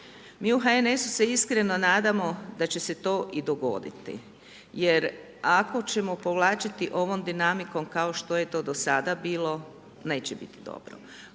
Mi u HNS-u se iskreno nadamo da će se to i dogoditi. Jer ako ćemo povlačiti ovom dinamikom kao što je to do sada bilo, neće biti dobro.